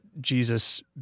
Jesus